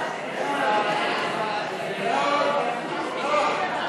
ההצעה להעביר את הצעת חוק שירות ביטחון (תיקון,